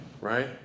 right